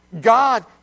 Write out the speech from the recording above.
God